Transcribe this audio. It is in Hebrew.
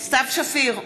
סתיו שפיר,